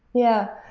yeah,